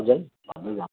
हजुर भन्दै जानु